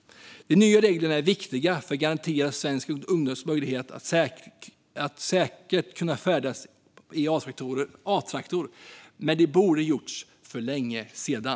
De nya reglerna är viktiga för att garantera svenska ungdomars möjlighet att säkert färdas i Atraktor, men de borde ha införts för länge sedan.